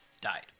died